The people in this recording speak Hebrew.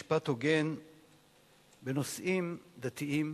משפט הוגן בנושאים דתיים,